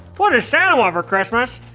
what does santa want for christmas?